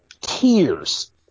tears